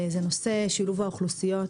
שזה שילוב האוכלוסיות,